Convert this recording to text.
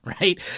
right